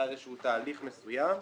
זה היה איזשהו תהליך מסוים.